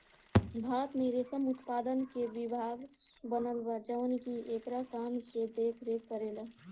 भारत में रेशम उत्पादन के विभाग बनल बा जवन की एकरा काम के देख रेख करेला